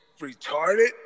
retarded